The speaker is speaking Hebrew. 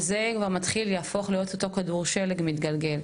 אז לפני שזה יהפוך להיות ״כדור שלג״ מתגלגל.